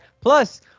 Plus